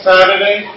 Saturday